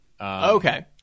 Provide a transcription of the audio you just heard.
Okay